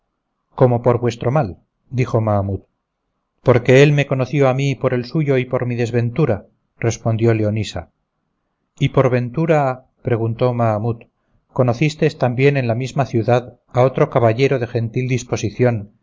cómo por vuestro mal dijo mahamut porque él me conoció a mí por el suyo y por mi desventura respondió leonisa y por ventura preguntó mahamut conocistes también en la misma ciudad a otro caballero de gentil disposición